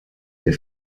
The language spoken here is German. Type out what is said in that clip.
wir